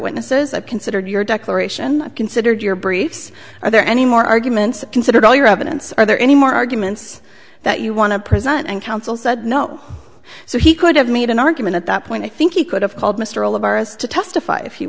witnesses i've considered your declaration considered your briefs are there any more arguments considered all your evidence are there any more arguments that you want to present and counsel said no so he could have made an argument at that point i think he could have called mr all of ours to testify if you